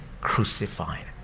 crucified